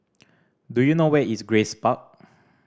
do you know where is Grace Park